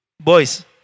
Boys